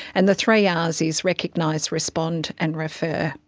and the three ah rs is recognise, respond and refer.